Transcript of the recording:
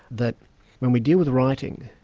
that when we deal with writing,